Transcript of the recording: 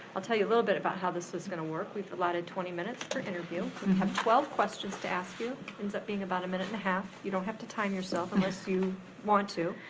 i'll tell you a little bit about how this is gonna work. we've allotted twenty minutes per interview, we and have twelve questions to ask you, ends up being about a minute and a half. you don't have to time yourself unless you want to.